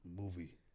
Movie